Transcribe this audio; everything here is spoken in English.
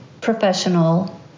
professional